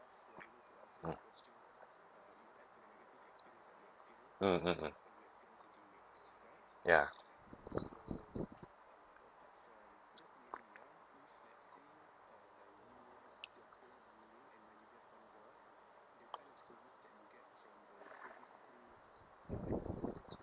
mm mm mm mm ya